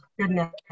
goodness